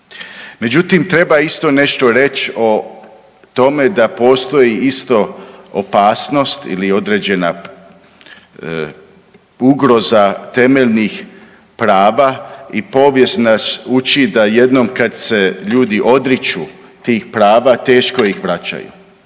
Međutim, treba isto nešto reć o tome da postoji isto opasnost ili određena ugroza temeljnih prava i povijest nas uči da jednom kad se ljudi odriču tih prava teško ih vraćaju,